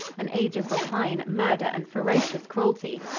an age of rapine, murder and ferocious cruelty,